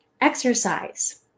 exercise